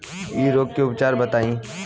इ रोग के उपचार बताई?